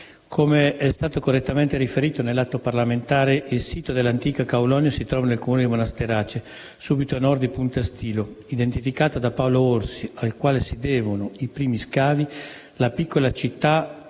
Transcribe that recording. Come è stato correttamente riferito nell'atto parlamentare, il sito dell'antica Kaulonia si trova nel Comune di Monasterace (RC), subito a Nord di Punta Stilo. Identificata da Paolo Orsi, al quale si devono i primi scavi, la piccola città